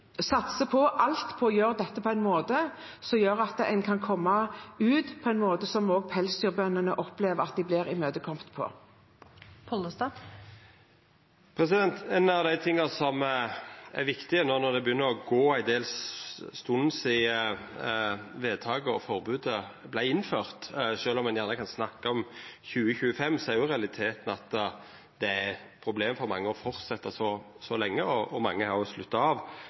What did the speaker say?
alt på å gjøre dette på en slik måte at også pelsdyrbøndene opplever at de blir imøtekommet. Ein av dei tinga som er viktige no når det begynner å verta ei stund sidan forbodet vart vedteke – sjølv om ein gjerne kan snakka om 2025, er jo realiteten at det er eit problem for mange å fortsetja så lenge, og mange har òg slutta av